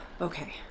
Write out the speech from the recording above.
Okay